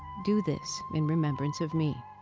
do this in remembrance of me.